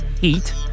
heat